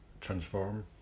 transform